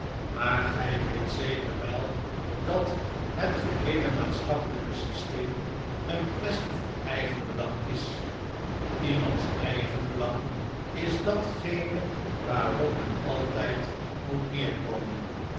maar gij weet zeker wel dat het geheele maatschappelijke systeem eene quaestie van eigenbelang is iemands eigenbelang is datgene waarop men altijd moet